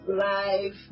life